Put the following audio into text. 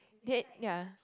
then ya